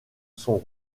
son